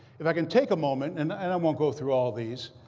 if i can take a moment and and i won't go through all these.